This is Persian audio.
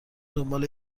دنبال